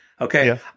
Okay